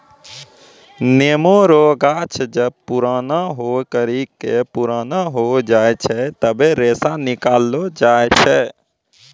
नेमो रो गाछ जब पुराणा होय करि के पुराना हो जाय छै तबै रेशा निकालो जाय छै